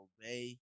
Obey